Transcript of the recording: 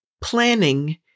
planning